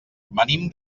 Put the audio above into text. venim